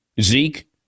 Zeke